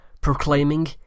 proclaiming